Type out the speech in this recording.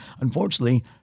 unfortunately